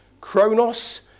chronos